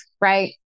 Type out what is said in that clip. right